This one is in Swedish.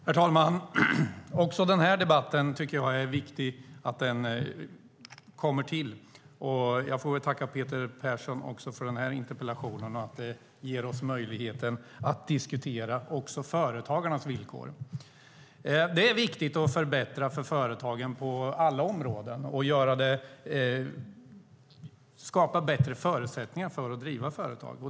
Herr talman! Också den här debatten tycker jag är viktig. Jag får tacka Peter Persson även för denna interpellation, som ger oss möjligheten att diskutera företagarnas villkor. Det är viktigt att förbättra för företagen på alla områden och skapa bättre förutsättningar för att driva företag.